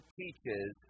teaches